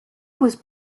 was